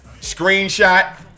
screenshot